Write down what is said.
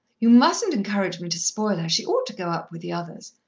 you mustn't encourage me to spoil her. she ought to go up with the others.